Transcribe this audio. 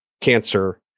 cancer